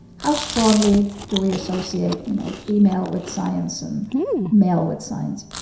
how strongly do we associate, you know, female with science and male with science?